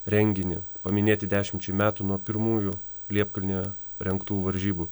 renginį paminėti dešimčiai metų nuo pirmųjų liepkalnyje rengtų varžybų